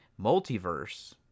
multiverse